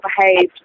behaved